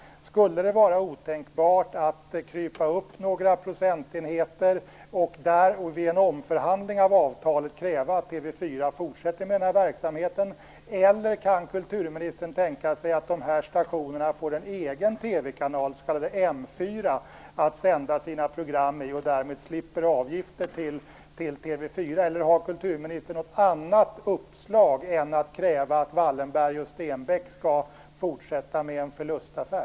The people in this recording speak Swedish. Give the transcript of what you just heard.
Skulle det vara otänkbart att krypa upp några procentenheter och vid en omförhandling av avtalet kräva att TV 4 fortsätter med verksamheten? Eller kan kulturministern tänka sig att de här stationerna får en egen TV-kanal, den s.k. M 4, att sända sina program i så att de därmed slipper avgifter till TV 4? Har kulturministern något annat uppslag än att kräva att Wallenberg och Stenbeck skall fortsätta med en förlustaffär?